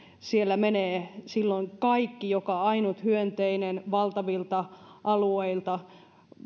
siellä menee silloin kaikki joka ainut hyönteinen valtavilta alueilta